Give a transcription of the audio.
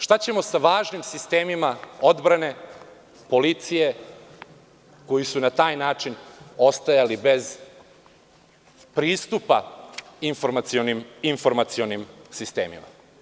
Šta ćemo sa važnim sistemima odbrane, policije, koji su na taj način ostajali bez pristupa informacionim sistemima?